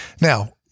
Now